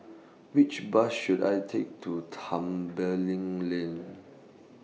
Which Bus should I Take to Tembeling Lane